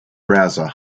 browser